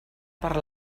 per